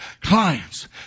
clients